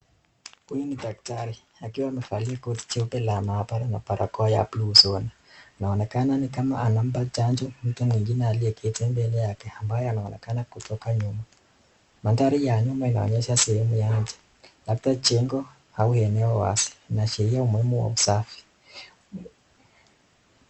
Huyu ni daktari akiwa amevalia koti jeupe la maabara na barakoa ya buluu usoni inaonekana nikama anampa chanjo mtu mwingine aliyeketi mbele yake, ambaye anaonekana kutoka nyuma. Mandhari ya nyuma inaonyesha sehemu ya nje hata jengo au eneo wazi inaashiria umuhimu wa usafi.